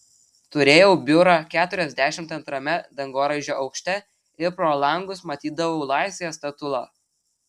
turėjau biurą keturiasdešimt antrame dangoraižio aukšte ir pro langus matydavau laisvės statulą